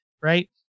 Right